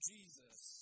Jesus